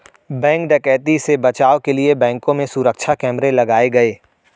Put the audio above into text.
bank डकैती से बचाव के लिए बैंकों में सुरक्षा कैमरे लगाये गये